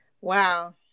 Wow